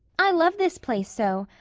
i love this place so.